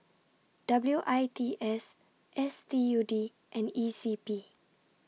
W I T S S T U D and E C P